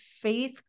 faith